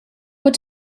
what